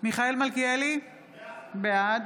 מיכאל מלכיאלי, בעד